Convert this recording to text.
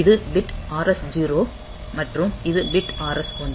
இது bit RS 0 மற்றும் இது பிட் RS 1